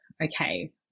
okay